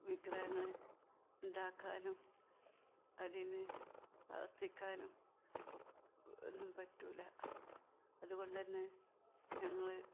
വിഗ്രഹങ്ങളെ ഉണ്ടാക്കാനും അതിന് പ്രാർത്ഥിക്കാനും ഒന്നും പറ്റില്ല അതുകൊണ്ട് തന്നെ ഞങ്ങൾ